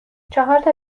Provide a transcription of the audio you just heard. چهارتا